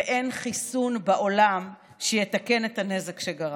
ואין חיסון בעולם שיתקן את הנזק שגרמת.